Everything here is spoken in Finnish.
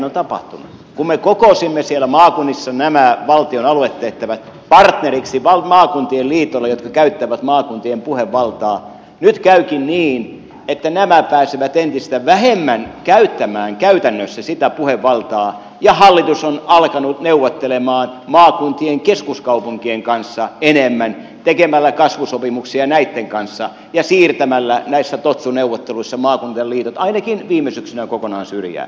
kun me kokosimme siellä maakunnissa nämä valtion aluetehtävät partneriksi maakuntien liitoille jotka käyttävät maakuntien puhevaltaa nyt käykin niin että nämä pääsevät entistä vähemmän käyttämään käytännössä sitä puhevaltaa ja hallitus on alkanut neuvotella maakuntien keskuskaupunkien kanssa enemmän tekemällä kasvusopimuksia näitten kanssa ja siirtämällä näissä totsu neuvotteluissa maakuntien liitot ainakin viime syksynä kokonaan syrjään